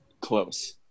Close